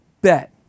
bet